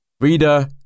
Reader